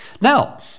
Now